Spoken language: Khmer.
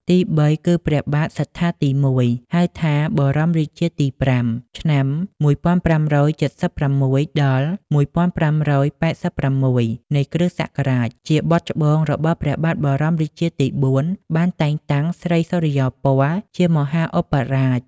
ទីបីគឺ ព្រះបាទសត្ថាទី១ ហៅថា បរមរាជាទី៥ ឆ្នាំ ១៥៧៦-១៥៨៦ នៃគ្រិស្តសករាជ ជាបុត្រច្បងរបស់ព្រះបាទបរមរាជាទី៤ បានតែងតាំងស្រីសុរិយោពណ៌ជាមហាឧបរាជ។